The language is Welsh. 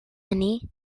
hynny